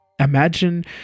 imagine